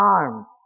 armed